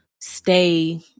stay